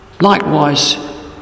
likewise